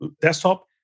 desktop